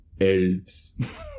elves